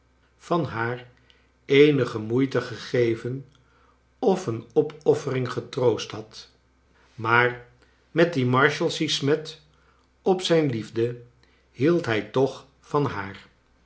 van haar eenige moeite gegeven of eene op offering getroost had maar met die marshalsea smet op zijn liefde hield hij toch van haar